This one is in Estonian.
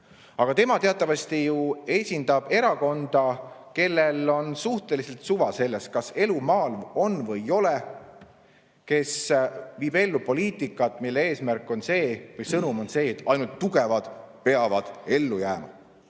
Aga tema teatavasti ju esindab erakonda, kellel on suhteliselt suva sellest, kas elu maal on või ei ole, kes viib ellu poliitikat, mille sõnum on see, et ainult tugevad peavad ellu jääma.